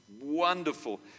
wonderful